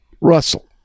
russell